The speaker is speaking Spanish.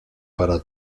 para